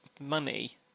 money